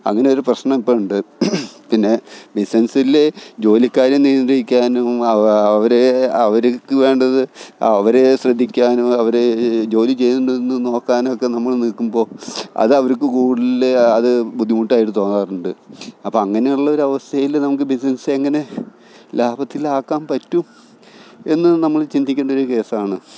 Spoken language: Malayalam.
അങ്ങനെയൊരു പ്രശ്നം ഇപ്പം ഇണ്ട് പിന്നെ ബിസ്നെസ്സില് ജോലിക്കാരെ നിയന്ത്രിക്കാനും അവരെ അവർക്ക് വേണ്ടത് അവരെ ശ്രദ്ധിക്കാനോ അവരെ ജോലി ചെയ്യുന്നുണ്ടെന്ന് നോക്കാനോ ഒക്കെ നമ്മൾ നിൽക്കുമ്പോൾ അത് അവർക്ക് കൂടുതൽ അത് ബുദ്ധിമുട്ടായിട്ട് തോന്നാറുണ്ട് അപ്പോൾ അങ്ങനെയുള്ള ഒരു അവസ്ഥയിൽ നമുക്ക് ബിസ്നെസ്സ് എങ്ങനെ ലാഭത്തില് ആക്കാന് പറ്റും എന്ന് നമ്മൾ ചിന്തിക്കേണ്ട ഒരു കേസ് ആണ്